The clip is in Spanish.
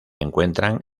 encuentran